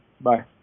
Bye